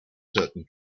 certain